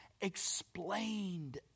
explained